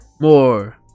more